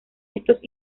estos